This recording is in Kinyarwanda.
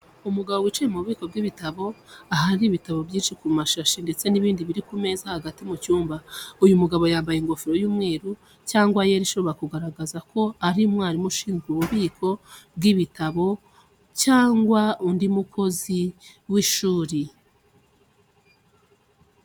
Umugabo wicaye mu ububiko bw’ibitabo ahari ibitabo byinshi ku mashashi ndetse n’ibindi biri ku meza hagati mu cyumba. Uyu mugabo yambaye ingofero y’umweru cyangwa yera ishobora kugaragaza ko ari umwarimu ushinzwe ububiko bw’ibitabo cyangwa undi mukozi w’ishuri.